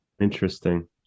Interesting